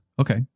Okay